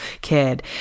kid